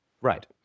Right